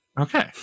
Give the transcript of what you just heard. Okay